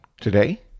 Today